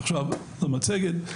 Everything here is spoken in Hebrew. עכשיו למצגת.